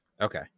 okay